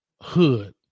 hood